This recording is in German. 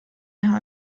hat